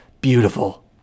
beautiful